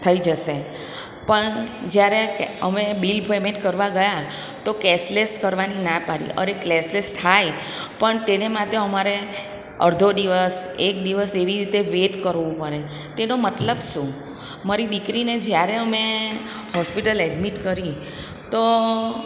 થઈ જશે પણ જ્યારે અમે બિલ પેમેન્ટ કરવા ગયા તો કેશલેસ કરવાની ના પાડી અને કેશલેસ થાય પણ તેને માટે અમારે અડધો દિવસ એક દિવસ એવી રીતે વેઇટ કરવું પડે તેનો મતલબ શું મારી દીકરીને જ્યારે અમે હોસ્પિટલ એડમિટ કરી તો